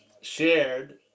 shared